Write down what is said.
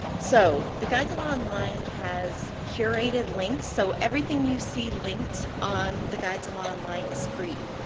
so, the guide to law online has curated links. so, everything you see linked on the guide to law online is free.